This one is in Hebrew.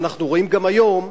ואנחנו רואים גם היום,